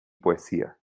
poesía